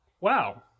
wow